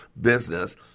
business